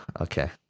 okay